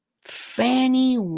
Fanny